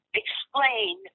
explain